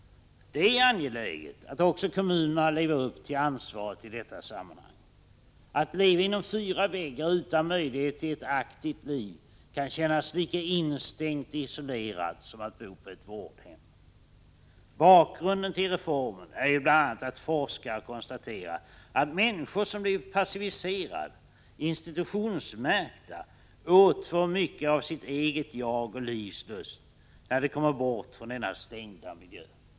Det är angeläget att också kommunerna lever upp till ansvaret i detta sammanhang. Att leva inom fyra väggar utan möjlighet till ett aktivt liv kan kännas lika instängt och isolerat som att bo på ett vårdhem. Bakgrunden till reformen är ju bl.a. att forskare konstaterat att människor som blivit passiviserade, institutionsmärkta, återfår mycket av sitt eget jag och sin livslust när de kommer bort från denna stängda miljö.